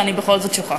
ואני בכל זאת שוכחת.